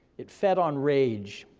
it fed on rage,